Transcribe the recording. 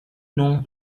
nom